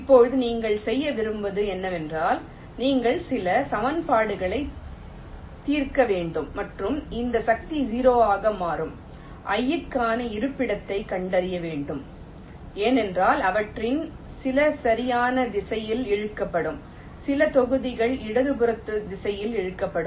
இப்போது நீங்கள் செய்ய விரும்புவது என்னவென்றால் நீங்கள் சில சமன்பாடுகளை தீர்க்க வேண்டும் மற்றும் இந்த சக்தி 0 ஆக மாறும் i க்கான இருப்பிடத்தைக் கண்டறிய வேண்டும் ஏனென்றால் அவற்றில் சில சரியான திசையில் இழுக்கப்படும் சில தொகுதிகள் இடதுபுறத்து திசையில் இழுக்கப்படும்